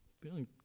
Feeling